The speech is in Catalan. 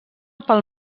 pel